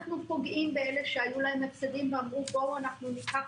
אנחנו פוגעים באלה שהיו להם הפסדים ואמרו: בואו אנחנו ניקח